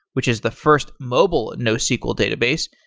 which is the first mobile nosql database,